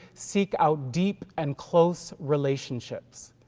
seek out deep and close relationships.